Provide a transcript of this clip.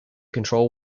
control